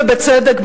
ובצדק,